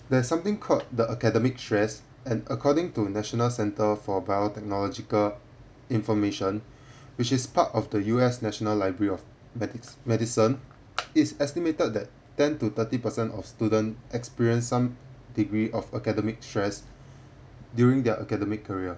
there's something called the academic stress and according to national centre for biotechnological information which is part of the U_S national library of medi~ medicine it's estimated that ten to thirty percent of student experience some degree of academic stress during their academic career